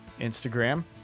Instagram